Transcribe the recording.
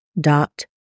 dot